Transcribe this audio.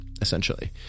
essentially